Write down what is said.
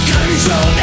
Control